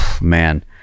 man